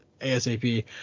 ASAP